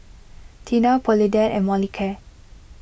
Tena Polident and Molicare